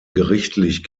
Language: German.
gerichtlich